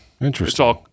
Interesting